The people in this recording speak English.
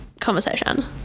conversation